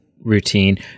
routine